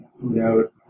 note